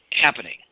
happening